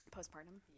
Postpartum